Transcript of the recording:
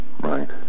Right